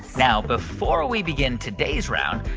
now, before we begin today's round,